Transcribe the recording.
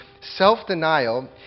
Self-denial